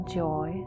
joy